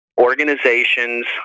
organizations